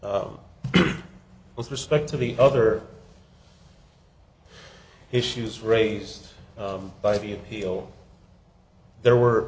with respect to the other issues raised by the appeal there were